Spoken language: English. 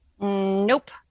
Nope